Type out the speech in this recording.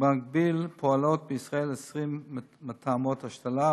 במקביל פועלות בישראל כ-20 מתאמות השתלה,